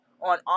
on